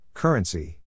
Currency